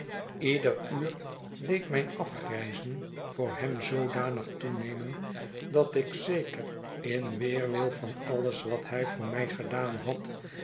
ieder nur deed mijn afgrijzen voor hem zoodanig toenemen dat ik zeker in weerwil van alles wat hij voor mij gedaan had